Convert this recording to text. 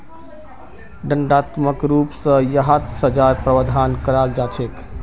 दण्डात्मक रूप स यहात सज़ार प्रावधान कराल जा छेक